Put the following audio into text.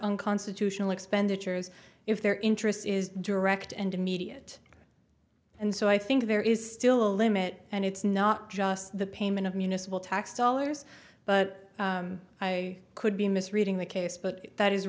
unconstitutional expenditures if their interests is direct and immediate and so i think there is still a limit and it's not just the payment of municipal tax dollars but i could be misreading the case but that is